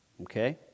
Okay